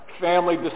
family